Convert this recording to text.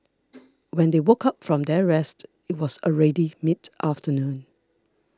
when they woke up from their rest it was already mid afternoon